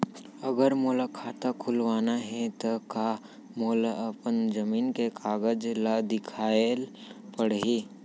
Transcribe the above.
अगर मोला खाता खुलवाना हे त का मोला अपन जमीन के कागज ला दिखएल पढही?